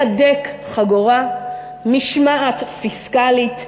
להדק חגורה, משמעת פיסקלית.